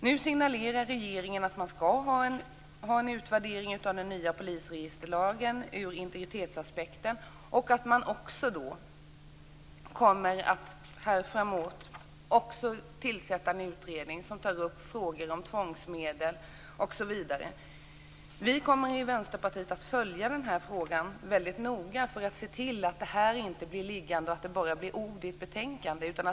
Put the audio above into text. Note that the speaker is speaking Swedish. Regeringen signalerar att man skall göra en utvärdering av den nya polisregisterlagen ur integritetsaspekten och att man också kommer att tillsätta en utredning som tar upp frågor om tvångsmedel osv. Vi i Vänsterpartiet kommer att följa frågan noga, för att se till att den inte blir liggande. Det får inte bara bli ord i ett betänkande.